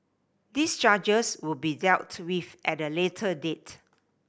these charges will be dealt with at a later date